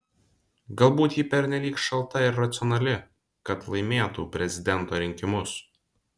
galbūt ji pernelyg šalta ir racionali kad laimėtų prezidento rinkimus